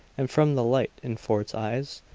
and from the light in fort's eyes,